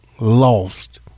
lost